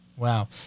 Wow